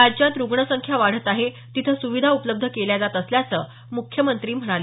राज्यात रूग्ण संख्या वाढत आहेत तिथं सुविधा उपलब्ध केल्या जात असल्याचं मुख्यमंत्री म्हणाले